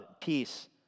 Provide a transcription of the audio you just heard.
peace